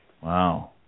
Wow